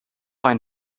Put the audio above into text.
ein